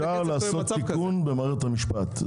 אפשר לעשות תיקון במערכת המשפט.